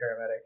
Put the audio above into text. paramedic